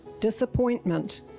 disappointment